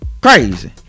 Crazy